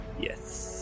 Yes